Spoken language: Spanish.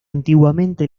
antiguamente